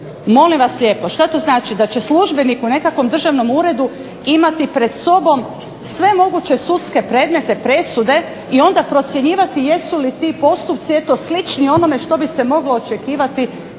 Molim vas lijepo! Šta to znači? Da će službenik u nekakvom državnom uredu imati pred sobom sve moguće sudske predmete, presude, i onda procjenjivati jesu li ti postupci eto slični onome što bi se moglo očekivati